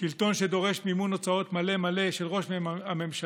שלטון שדורש מימון הוצאות מלא מלא של ראש הממשלה